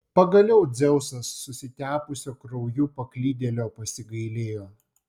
pagaliau dzeusas susitepusio krauju paklydėlio pasigailėjo